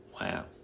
Wow